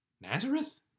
Nazareth